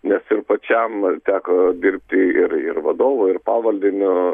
nes ir pačiam teko dirbti ir ir vadovo ir pavaldinio